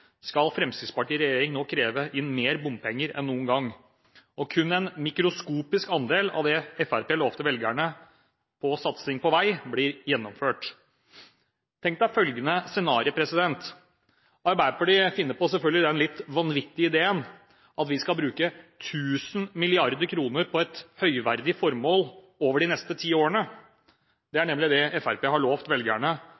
skal bort, skal Fremskrittspartiet i regjering nå kreve inn mer bompenger enn noen gang. Og kun en mikroskopisk andel av det Fremskrittspartiet lovte velgerne på veisatsing, blir gjennomført. Tenk deg følgende scenario: Arbeiderpartiet finner på den litt vanvittige ideen at vi skal bruke 1 000 mrd. kr på et høyverdig formål over de neste ti årene. Det